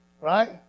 right